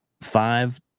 five